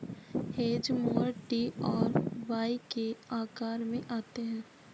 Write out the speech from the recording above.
hedge mower T और Y के आकार में आते हैं